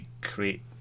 create